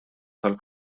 tal